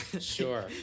Sure